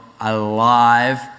alive